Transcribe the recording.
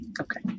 okay